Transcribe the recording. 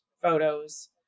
photos